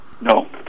No